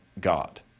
God